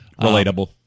Relatable